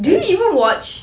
do you even watch